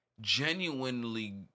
genuinely